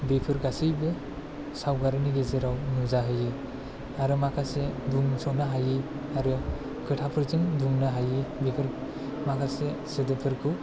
बेफोर गासैबो सावगारिनि गेजेराव नुजाहैयो आरो माखासे बुंस'नो हायै आरो खोथाफोरजों बुंनो हायै बेफोर माखासे सोदोबफोरखौ